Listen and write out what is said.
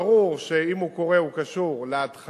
וברור שאם הוא קורה הוא קשור להתחלה.